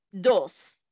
Dos